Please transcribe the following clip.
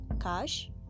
cash